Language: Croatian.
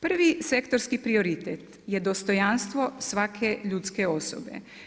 Prvi sektorski prioritet je dostojanstvo svake ljudske osobe.